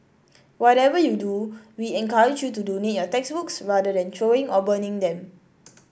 whatever you do we encourage you to donate your textbooks rather than throwing or burning them